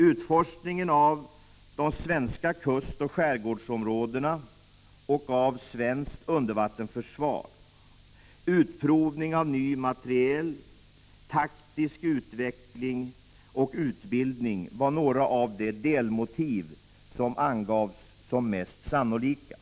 Utforskning av de svenska kustoch skärgårdsområdena och av svenskt undervattensförsvar, utprovning av ny materiel, taktisk utveckling och utbildning var några av de delmotiv som angavs som mest sannolika.